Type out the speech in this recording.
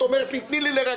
את אומרת לי: תן לי לרכך.